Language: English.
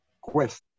quest